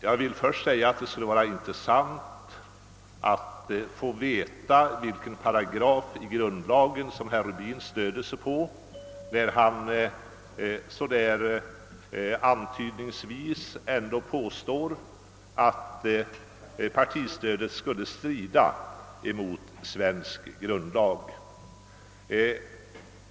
Först skulle jag vilja säga att det vore intressant att få veta vilken paragraf i grundlagen som herr Rubin stöder sig på när han antydningsvis påstår, att partistödet strider mot svensk grundlag.